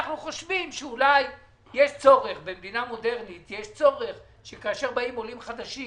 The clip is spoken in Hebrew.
אנחנו חושבים שאולי במדינה מודרנית יש צורך שכאשר באים עולים חדשים